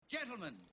Gentlemen